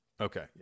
Okay